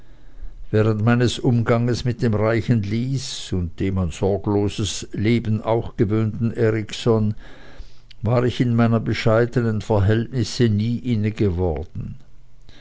während meines umganges mit dem reichen lys und dem an sorgloses leben auch gewöhnten erikson war ich meiner bescheidenen verhältnisse nie